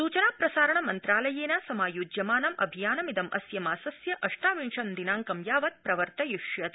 सूचना प्रसारण मन्त्रालयेन समायोज्यमानम् अभियानमिदं अस्य यास्य अष्टाविशं दिनांकं यावत् प्रवर्तयिष्यते